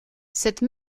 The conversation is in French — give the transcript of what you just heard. cette